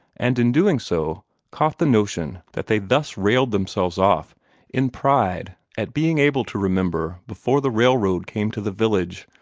and in doing so caught the notion that they thus railed themselves off in pride at being able to remember before the railroad came to the village,